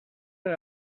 ser